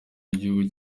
w’igihugu